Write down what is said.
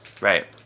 Right